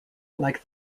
like